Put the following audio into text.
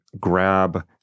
grab